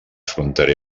fronterer